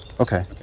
okay.